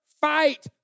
fight